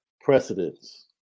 precedents